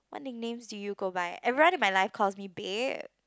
what nicknames do you go by everyone in my life calls me bear